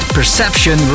Perception